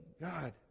God